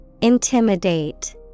Intimidate